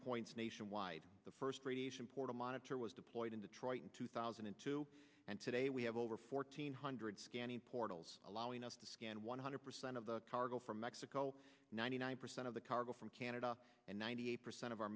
points nationwide the first radiation portal monitor was deployed in detroit in two thousand and two and today we have over fourteen hundred scanning portals allowing us to scan one hundred percent of the cargo from mexico ninety nine percent of the cargo from canada and ninety eight percent of our